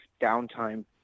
downtime